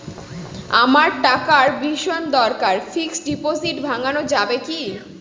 আমার টাকার ভীষণ দরকার ফিক্সট ডিপোজিট ভাঙ্গানো যাবে কি?